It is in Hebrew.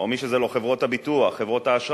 או חברות הביטוח או האשראי.